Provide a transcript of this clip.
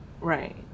Right